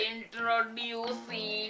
Introducing